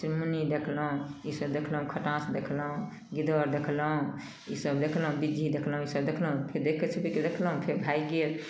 चुनमुनी देखलहुँ ईसब देखलहुँ खटाँस देखलहुँ गिद्दर देखलहुँ ईसब देखलहुँ बिज्जी देखलहुँ ईसब देखलहुँ फेर देख कऽ छुपकिके देखलहुँ फेर भागि गेल